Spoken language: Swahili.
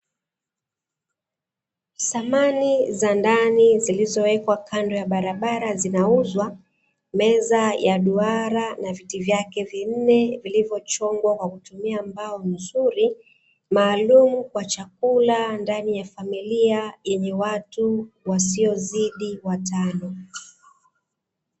Samani za ndani zilizowekwa kando ya barabara zinauzwa, meza ya duara na viti vyake vinne vilivyochongwa kwa kutumia mbao nzuri, maalumu kwa chakula ndani ya familia yenye watu wasiozidi watano.